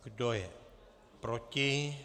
Kdo je proti?